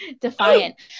Defiant